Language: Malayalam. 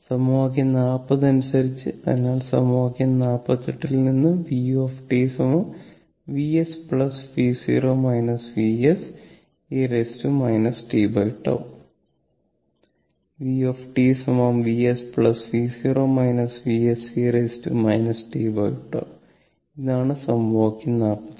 സമവാക്യം 40അനുസരിച്ച അതിനാൽ സമവാക്യം 48 ൽ നിന്ന്V Vs e tτ V Vs e tτ ഇതാണ് സമവാക്യം 48